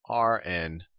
Rn